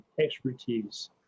expertise